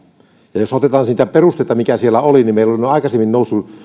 ja jos aloitetaan siitä perusteesta mikä siellä oli niin meillä ovat aikaisemmin nousseet